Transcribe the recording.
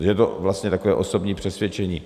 Je to vlastně takové osobní přesvědčení.